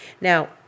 Now